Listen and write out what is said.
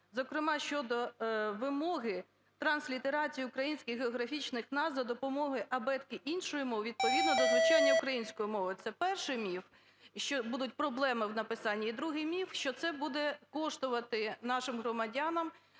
зокрема щодо вимоги транслітерації українських географічних назв за допомоги абетки іншої мови відповідно до звучання української мови. Це перший міф, що будуть проблеми в написані. І другий міф – що це буде коштувати нашим громадянам